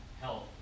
health